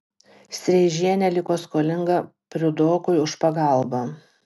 streižienė liko skolinga priudokui už pagalbą